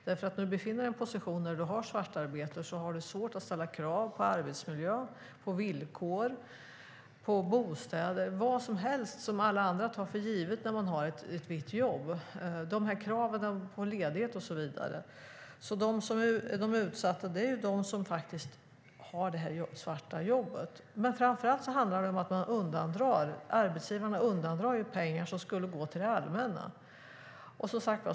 När du befinner dig i en position där du har svart arbete har du svårt att ställa krav på arbetsmiljö, på villkor, på bostäder och på vad som helst som alla andra tar för givet när de har ett vitt jobb. Det handlar om krav på ledighet och så vidare. De som är utsatta är de som har det svarta jobbet. Men framför allt handlar det om att arbetsgivarna undandrar pengar som skulle gå till det allmänna.